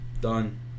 done